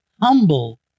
humble